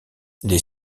les